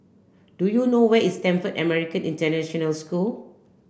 do you know where is Stamford American International School